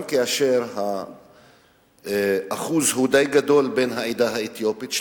גם כאשר האחוז הוא די גדול בעדה האתיופית,